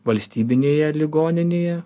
valstybinėje ligoninėje